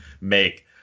make